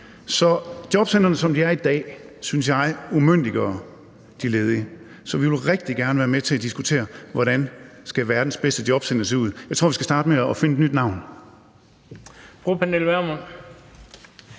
Jobcentrene, som de er i dag, synes jeg umyndiggør de ledige, så vi vil rigtig gerne være med til at diskutere, hvordan verdens bedste jobcenter skal se ud. Jeg tror, vi skal starte med at finde et nyt navn.